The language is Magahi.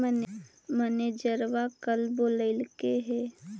मैनेजरवा कल बोलैलके है?